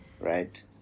right